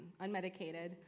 unmedicated